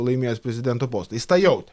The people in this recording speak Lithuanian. laimėjęs prezidento postą jis tą jautė